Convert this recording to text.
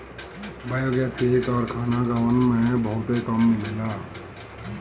biogas क कारखाना गांवन में बहुते कम मिलेला